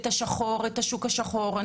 את השוק השחור.